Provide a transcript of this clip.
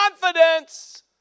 confidence